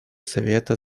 совета